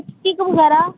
lipstick बगैरा